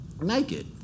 naked